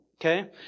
Okay